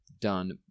Done